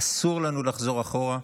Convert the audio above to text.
אסור לנו לחזור אחורה,